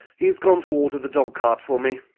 he's gone to order the dog-cart for me.